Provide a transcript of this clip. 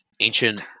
ancient